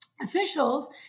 officials